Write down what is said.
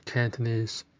Cantonese